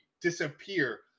disappear